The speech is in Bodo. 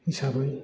हिसाबै